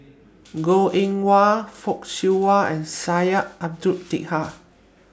Goh Eng Wah Fock Siew Wah and Syed Abdulrahman Taha